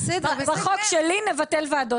בחוק שלי נבטל ועדות,